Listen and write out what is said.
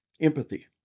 Empathy